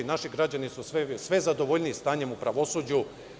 I naši građani su sve zadovoljniji stanjem u pravosuđu.